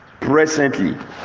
presently